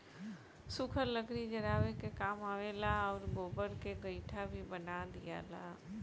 सुखल लकड़ी जरावे के काम आवेला आउर गोबर के गइठा भी बना दियाला